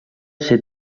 ser